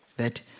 that